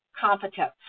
competence